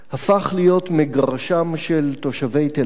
הפך להיות מגרשם של תושבי תל-אביב,